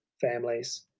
families